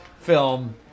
film